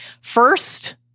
First